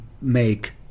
make